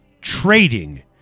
trading